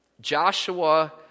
Joshua